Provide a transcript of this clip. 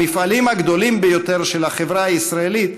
המפעלים הגדולים ביותר של החברה הישראלית